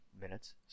minutes